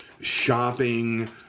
shopping